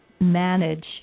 manage